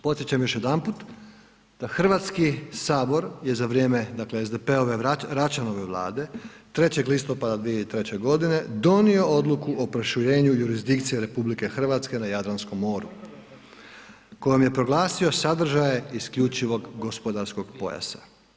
Podsjećam još jedanput da Hrvatski sabor je za vrijeme dakle SDP-ove Račanove vlade 3. listopada 2003. godine donio odluku o proširenju jurisdikcije RH na Jadranskom moru, kojom je proglasio sadržaje isključivog gospodarskog pojasa.